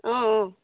অঁ অঁ